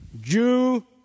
Jew